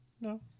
No